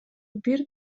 бир